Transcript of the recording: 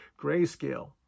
Grayscale